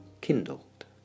kindled